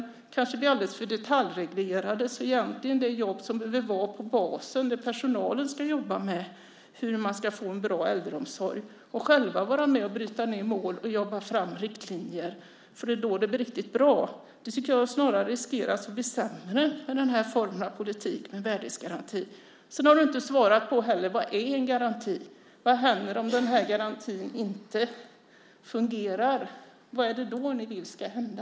Det kanske blir alldeles för detaljreglerat. Det är en del jobb som behöver göras i basen. Personalen ska jobba med hur man ska få en bra omsorg. Den ska själv vara med och bryta ned mål och jobba fram riktlinjer. Det är då det blir riktigt bra. Det riskerar snarare att bli sämre med den här formen av politik med värdighetsgaranti. Du har heller inte svarat på frågan: Vad är en garanti? Vad händer om garantin inte fungerar? Vad är det då ni vill ska hända?